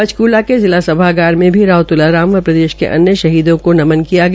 पंचकुला के जिला सभागार में भी राव तुलाराम व प्रदेश के अन्य शहीदों को नमम किया गया